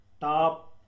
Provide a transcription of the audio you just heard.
top